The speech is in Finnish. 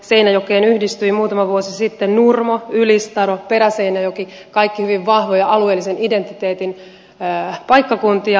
seinäjokeen yhdistyivät muutama vuosi sitten nurmo ylistaro peräseinäjoki kaikki hyvin vahvoja alueellisen identiteetin paikkakuntia